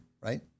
right